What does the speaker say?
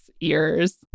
ears